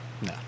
No